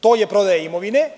To je prodaja imovine.